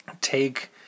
take